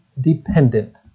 dependent